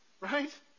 right